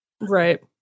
Right